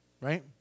right